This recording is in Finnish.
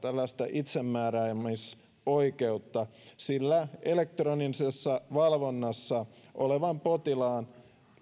itsemääräämisoikeutta sillä elektronisessa valvonnassa olevan potilaan